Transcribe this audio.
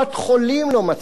לא מצליחה לגבות.